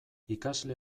ikasle